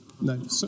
no